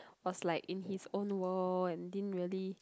was like in his own world and didn't really